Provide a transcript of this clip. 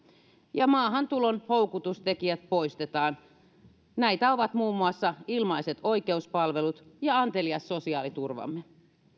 ja maahantulon houkutustekijät poistetaan näitä ovat muun muassa ilmaiset oikeuspalvelut ja antelias sosiaaliturvamme